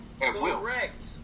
correct